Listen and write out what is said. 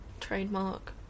trademark